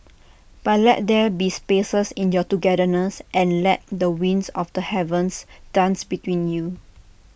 but let there be spaces in your togetherness and let the winds of the heavens dance between you